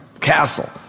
castle